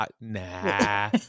nah